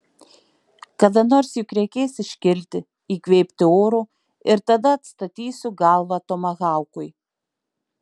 kada nors juk reikės iškilti įkvėpti oro ir tada atstatysiu galvą tomahaukui